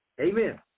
Amen